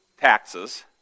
taxes